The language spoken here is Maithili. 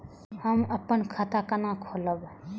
हम अपन खाता केना खोलैब?